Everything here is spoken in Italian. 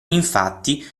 infatti